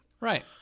Right